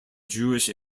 jewish